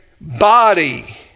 body